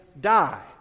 die